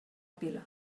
pila